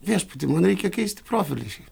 viešpatie man reikia keisti profilį